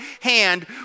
hand